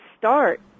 start